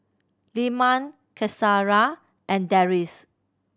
Leman Qaisara and Deris